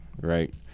right